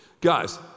Guys